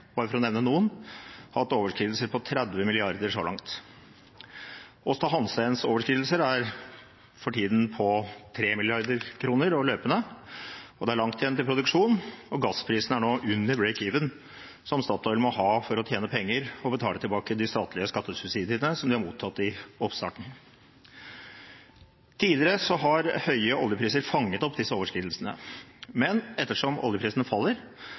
bare for å nevne noen – hatt overskridelser på 30 mrd. kr så langt. Aasta Hansteens overskridelser er for tiden på 3 mrd. kr og løpende, det er langt igjen til produksjon, og gassprisen er nå under «break-even», som Statoil må ha for å tjene penger og betale tilbake de statlige skattesubsidiene de har mottatt i oppstarten. Tidligere har høye oljepriser fanget opp disse overskridelsene, men ettersom oljeprisen faller,